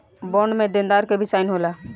bond में देनदार के भी साइन होला